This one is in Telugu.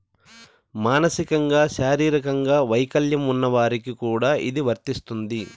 మానసికంగా శారీరకంగా వైకల్యం ఉన్న వారికి కూడా ఇది వర్తిస్తుంది